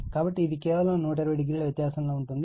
కాబట్టి అది కేవలం 120o వ్యత్యాసం లో ఉంటుంది